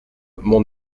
mon